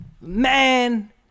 man